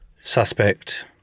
suspect